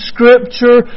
Scripture